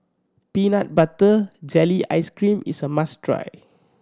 peanut butter jelly ice cream is a must try